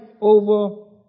over